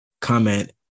comment